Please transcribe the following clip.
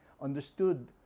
understood